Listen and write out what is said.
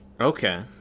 Okay